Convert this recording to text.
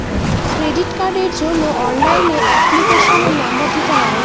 credit কার্ডের জন্য অনলাইনে এপ্লিকেশনের নম্বর দিতে হয়